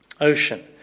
Ocean